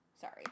Sorry